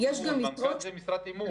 מנכ"לים זה משרת אמון.